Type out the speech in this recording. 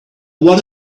what